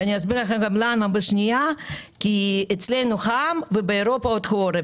ואני אסביר לכם גם למה כי אצלנו חם ובאירופה עוד חורף,